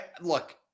look